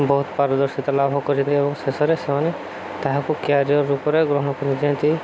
ବହୁତ ପାରଦର୍ଶିତ ଲାଭ କରିନ୍ତି ଏବଂ ଶେଷରେ ସେମାନେ ତାହାକୁ କ୍ୟାରିୟର ରୂପରେ ଗ୍ରହଣ କରି ଦିଅନ୍ତି